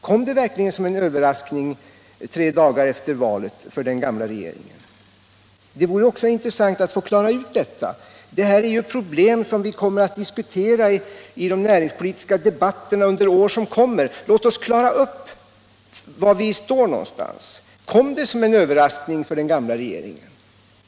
Kom den verkligen som en överraskning för den gamla regeringen tre dagar efter valet? Det vore intressant att få klara ut också detta. Det här är ju problem som kommer att diskuteras i näringspolitiska debatter under de närmaste åren. Låt oss klara upp var vi står någonstans. Kom det hela som en överraskning för den gamla regeringen?